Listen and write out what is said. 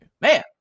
Man